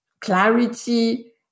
clarity